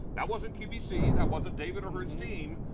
that wasn't qvc, that wasn't david or christine,